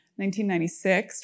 1996